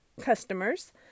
customers